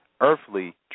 earthly